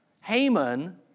Haman